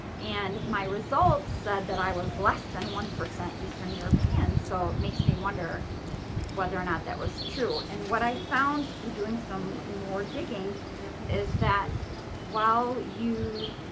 and my results said that i was less than one percent eastern european, so it makes me wonder whether or not that was true. and what i found through doing some more digging is that while you